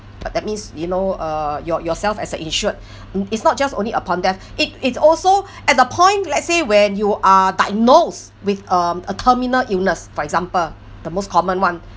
but that means you know uh your yourself as the insured it's not just only upon death it it's also at the point let's say when you are diagnosed with um a terminal illness for example the most common one